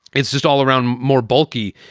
it's just all around more bulky.